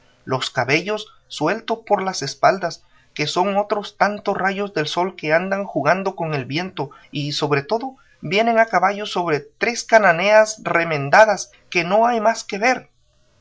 los cabellos sueltos por las espaldas que son otros tantos rayos del sol que andan jugando con el viento y sobre todo vienen a caballo sobre tres cananeas remendadas que no hay más que ver